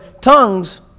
tongues